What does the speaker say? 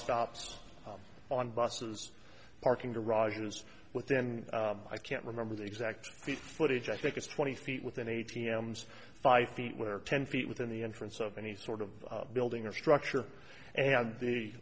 stops on busses parking garages within i can't remember the exact footage i think is twenty feet with an a t m so five feet where ten feet within the entrance of any sort of building or structure and the